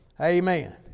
Amen